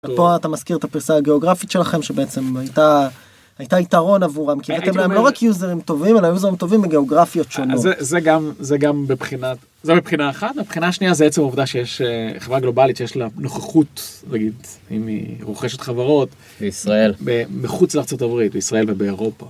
פה אתה מזכיר את הפריסה הגיאוגרפית שלכם שבעצם הייתה הייתה יתרון עבורם כי אתם לא רק יוזרים טובים אלא יוזרים טובים מגיאוגרפיות שונות זה גם זה גם בבחינת זה מבחינה אחת מבחינה שנייה זה עצם עובדה שיש חברה גלובלית שיש לה נוכחות להגיד אם היא רוכשת חברות בישראל מחוץ לארצות הברית בישראל ובאירופה.